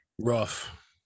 rough